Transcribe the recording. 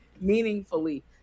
meaningfully